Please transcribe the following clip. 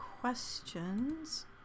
questions